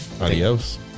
Adios